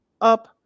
up